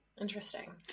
Interesting